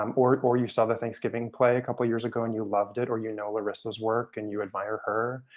um or or you saw the thanksgiving play a couple years ago and you loved it. or you know larissa's work and you admire her.